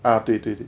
ah 对对对